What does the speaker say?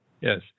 Yes